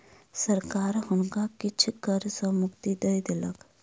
सरकार हुनका किछ कर सॅ मुक्ति दय देलक